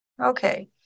Okay